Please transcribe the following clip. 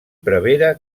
prevere